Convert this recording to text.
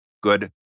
good